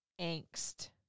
angst